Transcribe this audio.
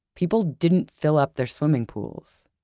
people didn't fill up their swimming pools.